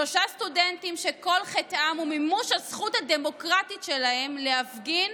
שלושה סטודנטים שכל חטאם הוא מימוש הזכות הדמוקרטית שלהם להפגין